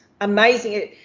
amazing